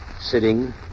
sitting